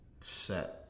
set